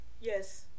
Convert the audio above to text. Yes